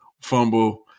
Fumble